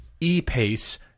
e-pace